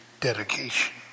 dedication